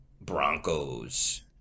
Broncos